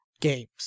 games